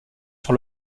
sur